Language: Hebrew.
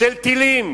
של טילים